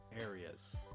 areas